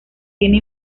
tiene